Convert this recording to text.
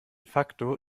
facto